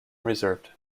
reserved